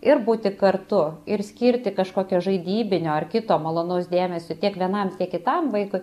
ir būti kartu ir skirti kažkokią žaidybinio ar kito malonaus dėmesio tiek vienam tiek kitam vaikui